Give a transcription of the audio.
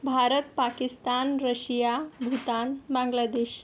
Bharat Pakistan Russia Bhutan Bangladesh